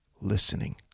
listening